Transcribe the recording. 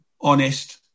honest